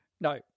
no